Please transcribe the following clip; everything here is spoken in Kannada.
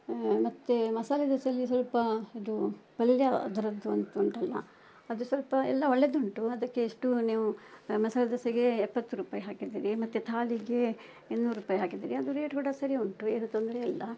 ಮತ್ತೆ ಮಸಾಲೆ ದೋಸೆಯಲ್ಲಿ ಸ್ವಲ್ಪ ಇದು ಪಲ್ಯ ಅದರದ್ದು ಒಂದು ಉಂಟಲ್ಲ ಅದು ಸ್ವಲ್ಪ ಎಲ್ಲಾ ಒಳ್ಳೆದುಂಟು ಅದಕ್ಕೆ ಎಷ್ಟು ನೀವು ಮಸಾಲೆ ದೋಸೆಗೆ ಎಪ್ಪತ್ತು ರೂಪಾಯಿ ಹಾಕಿದ್ದೀರಿ ಮತ್ತೆ ಥಾಲಿಗೆ ಇನ್ನೂರು ರೂಪಾಯಿ ಹಾಕಿದ್ದೀರಿ ಅದು ರೇಟ್ ಕೂಡ ಸರಿ ಉಂಟು ಏನು ತೊಂದರೆಯಿಲ್ಲ